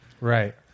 Right